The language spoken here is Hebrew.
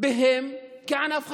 בהן כענף חקלאי.